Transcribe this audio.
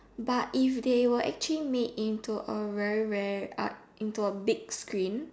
but if they where actually made into very rare into a big screen